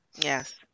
Yes